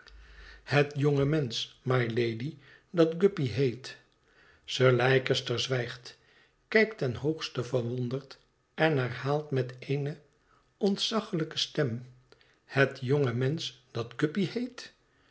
het jonge mensch mylady dat guppy heet sir leicester zwijgt kijkt ten hoogste verwonderd en herhaalt met eene ontzaglijke stem het jonge mensch dat guppy heet